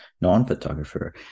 non-photographer